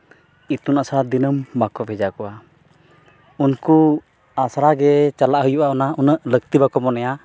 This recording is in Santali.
ᱤᱛᱩᱱ ᱟᱥᱲᱟ ᱫᱤᱱᱟᱹᱢ ᱵᱟᱠᱚ ᱵᱷᱮᱡᱟ ᱠᱚᱣᱟ ᱩᱱᱠᱩ ᱟᱥᱲᱟ ᱜᱮ ᱪᱟᱞᱟᱜ ᱦᱩᱭᱩᱜᱼᱟ ᱩᱱᱟᱹᱜ ᱞᱟᱹᱠᱛᱤ ᱵᱟᱠᱚ ᱢᱚᱱᱮᱭᱟ